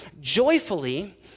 joyfully